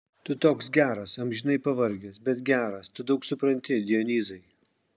tu toks geras amžinai pavargęs bet geras tu daug supranti dionyzai